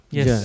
Yes